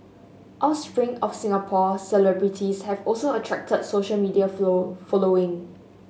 offspring of Singapore celebrities have also attracted social media follow following